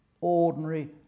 ordinary